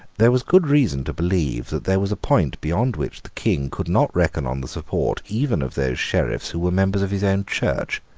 there was good reason to believe that there was a point beyond which the king could not reckon on the support even of those sheriffs who were members of his own church.